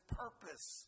purpose